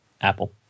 Apple